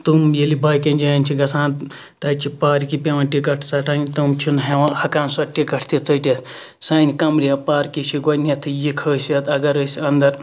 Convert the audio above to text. تِم ییٚلہِ باقیَن جایَن چھِ گَژھان تَتہِ چھِ پارکہِ پیٚوان ٹِکَٹ ژَٹٕنۍ تِم چھِنہٕ ہیٚوان ہیٚکان سۄ ٹِکَٹ تہِ ژٔٹِتھ سانہِ قَمرِیا پارکہِ چھِ گۄڈنیٚتھے یہِ خٲصیَت اَگَر أسۍ اَندَر